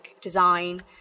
design